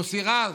מוסי רז,